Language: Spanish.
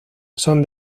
son